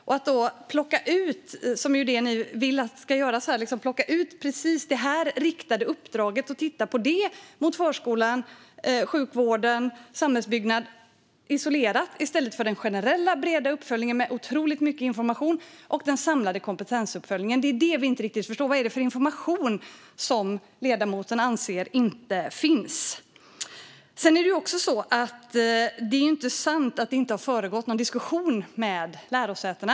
Vi förstår inte riktigt varför man då, som ni vill, skulle plocka ut just det riktade uppdraget gällande förskola, sjukvård och samhällsbyggnad och titta på det isolerat i stället för på den generella, breda uppföljningen, med otroligt mycket information, och den samlade kompetensuppföljningen. Vad är det för information som ledamoten anser inte finns? Det är inte sant att det inte har förekommit någon diskussion med lärosätena.